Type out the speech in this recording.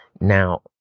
Now